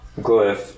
Glyph